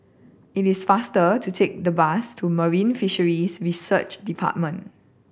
it is faster to take the bus to Marine Fisheries Research Department